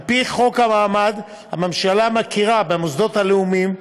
על-פי חוק המעמד, הממשלה מכירה במוסדות הלאומיים,